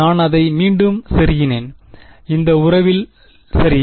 நான் அதை மீண்டும் செருகினேன் இந்த உறவில் சரி